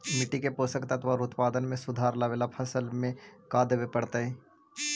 मिट्टी के पोषक तत्त्व और उत्पादन में सुधार लावे ला फसल में का देबे पड़तै तै?